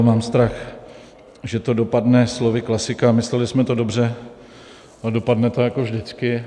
Mám strach, že to dopadne slovy klasika mysleli jsme to dobře, ale dopadne to jako vždycky.